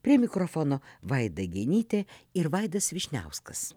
prie mikrofono vaida genytė ir vaidas vyšniauskas